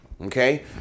Okay